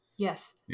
Yes